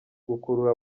gukurura